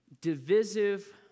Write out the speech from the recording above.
divisive